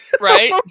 Right